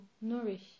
nourish